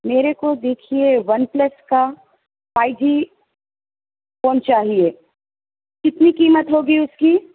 میرے کو دیکھیے ون پلس کا فائیو جی فون چاہیے کتنی قیمت ہوگی اس کی